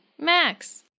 Max